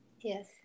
yes